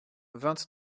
vingt